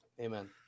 Amen